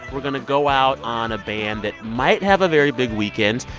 we're going to go out on a band that might have a very big weekend,